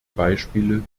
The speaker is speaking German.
beispiele